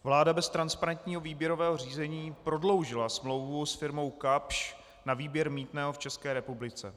Vláda bez transparentního výběrového řízení prodloužila smlouvu s firmou Kapsch na výběr mýtného v České republice.